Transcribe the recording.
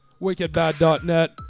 wickedbad.net